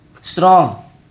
strong